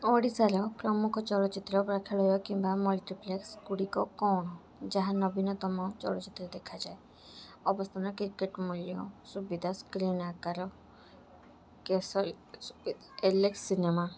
ଓଡ଼ିଶାର ପ୍ରମୁଖ ଚଳଚ୍ଚିତ୍ର ପ୍ରେକ୍ଷାଳୟ କିମ୍ବା ମଲ୍ଟିପ୍ଲେକ୍ସ ଗୁଡ଼ିକ କ'ଣ ଯାହା ନବୀନତମ ଚଳଚ୍ଚିତ୍ର ଦେଖାଯାଏ ଅବସ୍ଥାନ ଟିକେଟ୍ ମୂଲ୍ୟ ସୁବିଧା ସ୍କ୍ରିନ୍ ଆକାର କେଶରୀ ସୁବିଧା ଏଲେକ୍ସ ସିନେମା